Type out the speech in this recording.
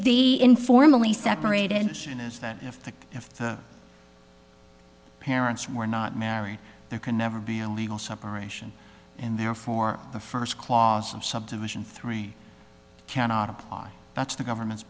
the informally separated and is that if the if the parents were not married there can never be a legal separation and therefore the first clause in subdivision three cannot apply that's the government's